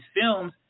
films